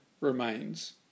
remains